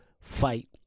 fight